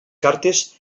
cartes